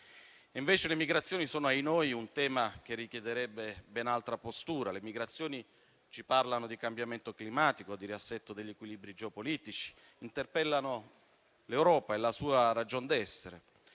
Invece le migrazioni sono - ahinoi - un tema che richiederebbe ben altra postura. Le migrazioni ci parlano di cambiamento climatico e di riassetto degli equilibri geopolitici; interpellano l'Europa e la sua ragion d'essere